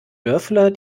dörfler